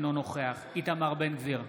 אינו נוכח איתמר בן גביר,